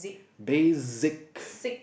basic